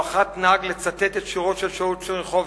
לא אחת נהג לצטט את שירו של שאול טשרניחובסקי: